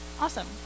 Awesome